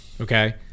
Okay